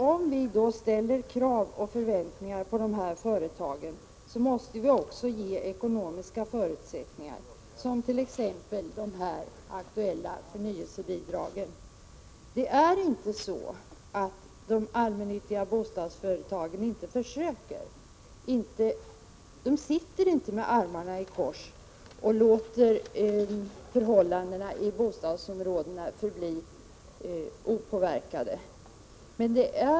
Om vi då ställer krav på dessa företag, måste vi också ge ekonomiska förutsättningar, t.ex. de aktuella förnyelsebidragen. Det är inte så att de allmännyttiga bostadsföretagen inte försöker. Man sitter inte med armarna i kors och låter förhållandena i bostadsområden förbli opåverkade.